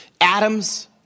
Adams